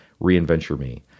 Reinventure.me